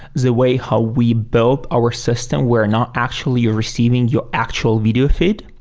the way how we built our system, we're not actually receiving your actual video feed.